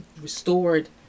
restored